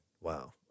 wow